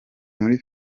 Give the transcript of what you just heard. muri